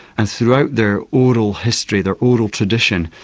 and throughout their oral history, their oral tradition,